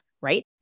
right